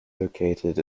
located